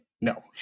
No